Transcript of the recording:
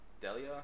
Delia